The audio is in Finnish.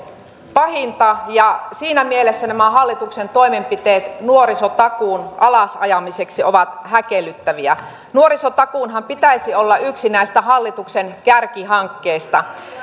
pahinta ja siinä mielessä nämä hallituksen toimenpiteet nuorisotakuun alas ajamiseksi ovat häkellyttäviä nuorisotakuunhan pitäisi olla yksi näistä hallituksen kärkihankkeista